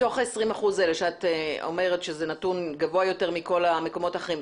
מתוך 20% שאת אומרת שזה נתון גבוה יותר מכל המקומות האחרים,